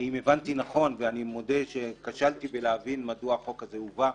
אם הבנתי נכון ואני מודה שכשלתי להבין מדוע החוק הזה הובא,